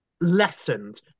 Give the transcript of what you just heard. lessened